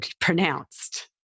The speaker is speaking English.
pronounced